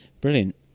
Brilliant